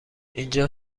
اینجا